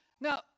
Now